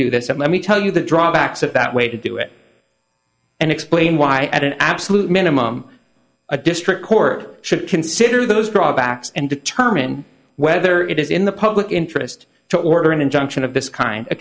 do this and let me tell you the drawbacks of that way to do it and explain why at an absolute minimum a district court should consider those drawbacks and determine whether it is in the public interest to order an injunction of this kind